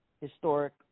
historic